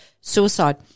suicide